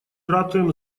ратуем